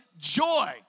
joy